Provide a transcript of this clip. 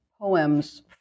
poems